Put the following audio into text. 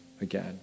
again